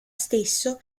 stesso